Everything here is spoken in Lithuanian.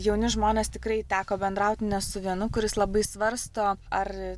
jauni žmonės tikrai teko bendraut ne su vienu kuris labai svarsto ar